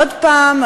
עוד פעם,